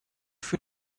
für